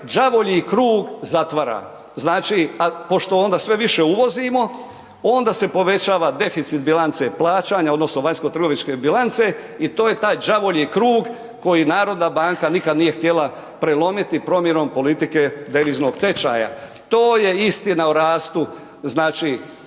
đavolji krug zatvara. Znači pošto onda sve više uvozimo onda se povećava deficit bilance plaćanja odnosno vanjsko-trgovinske bilance i to je taj đavolji krug koji Narodna banka nikad nije htjela prelomiti promjenom politike deviznog tečaja. To je istina o rastu. Znači